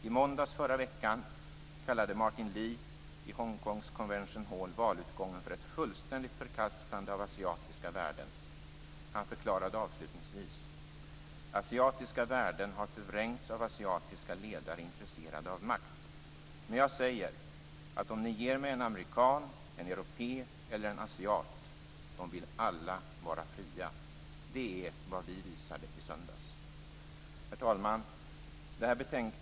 I måndags förra veckan kallade Martin Lee i Hongkongs Convention Hall valutgången för ett fullständigt förkastande av asiatiska värden. Han förklarade avslutningsvis: "Asiatiska värden har förvrängts av asiatiska ledare intresserade av makt. Men jag säger att, om ni ger mig en amerikan, en europé eller en asiat - de vill alla vara fria. Det är vad vi visade i söndags." Herr talman!